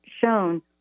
shown